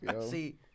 See